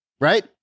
right